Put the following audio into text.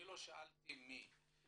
אני לא שאלתי מי.